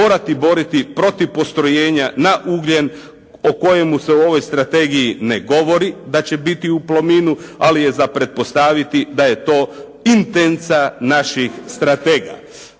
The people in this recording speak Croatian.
morati boriti protiv postrojenja na ugljen o kojemu se u ovoj strategiji ne govori da će biti u Plominu ali je za pretpostaviti da je to intenca naših stratega.